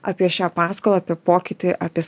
apie šią paskolą apie pokytį apie